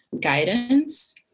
guidance